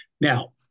Now